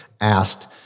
asked